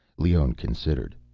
leone considered.